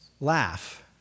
Laugh